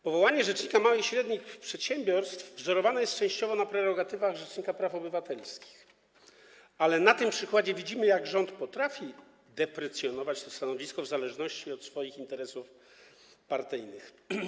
Powołanie rzecznika małych i średnich przedsiębiorców wzorowane jest częściowo na prerogatywach rzecznika praw obywatelskich, ale na tym przykładzie widzimy, jak rząd potrafi deprecjonować to stanowisko w zależności od swoich interesów partyjnych.